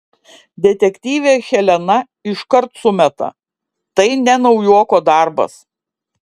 detektyvė helena iškart sumeta tai ne naujoko darbas